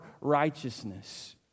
righteousness